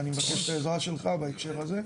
ואני מבקש את העזרה שלך בהקשר הזה,